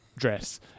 dress